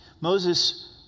Moses